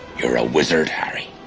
you're a wizard, harry.